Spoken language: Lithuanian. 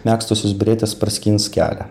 megztosios beretės praskins kelią